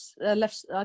left